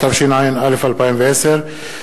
התשע"א 2010,